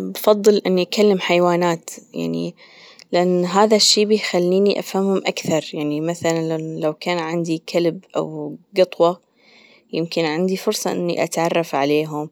بأفضل إني أكلم حيوانات يعني لأن هذا الشي بيخليني أفهمهم أكثر يعني مثلا لو كان عندي كلب أو قطوة يمكن عندي فرصة إني أتعرف عليهم